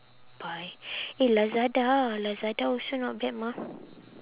~buy eh lazada lazada also not bad mah